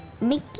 Mickey